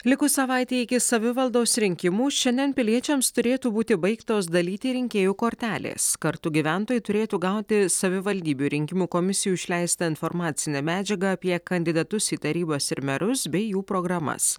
likus savaitei iki savivaldos rinkimų šiandien piliečiams turėtų būti baigtos dalyti rinkėjų kortelės kartu gyventojai turėtų gauti savivaldybių rinkimų komisijų išleistą informacinę medžiagą apie kandidatus į tarybas ir merus bei jų programas